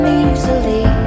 easily